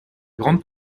grande